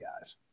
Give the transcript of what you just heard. guys